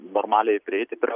normaliai prieiti prie